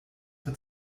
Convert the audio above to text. für